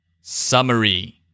Summary